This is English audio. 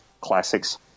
classics